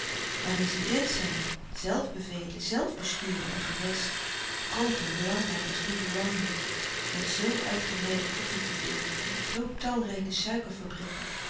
zijn zelf bevelen zelf besturen een gewest groot en belangrijk als laboewangi met zoo uitgebreide koffie cultuur zoo talrijke